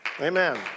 Amen